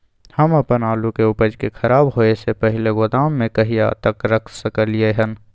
हम अपन आलू के उपज के खराब होय से पहिले गोदाम में कहिया तक रख सकलियै हन?